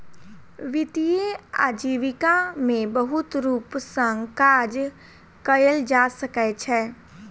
वित्तीय आजीविका में बहुत रूप सॅ काज कयल जा सकै छै